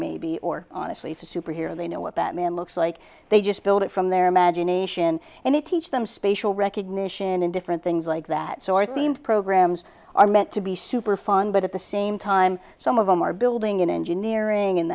maybe or honestly it's a superhero they know what that man looks like they just build it from their imagination and it teach them spatial recognition and different things like that so our themed programs are meant to be super fun but at the same time some of them are building in engineering and